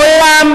מעולם,